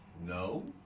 No